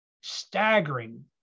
staggering